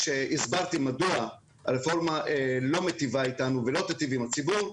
כשהסברתי מדוע הרפורמה לא מיטיבה איתנו ולא תיטיב עם הציבור,